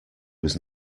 was